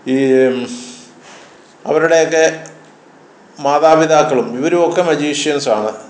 ഈ അവരുടെയൊക്കെ മാതാപിതാക്കളും ഇവരും ഒക്കെ മജീഷ്യൻസാണ്